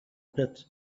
pit